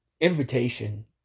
invitation